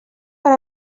per